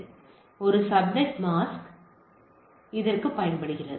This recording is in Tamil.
இது ஒரு சப்நெட் மாஸ்க் ஆகும்